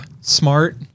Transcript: smart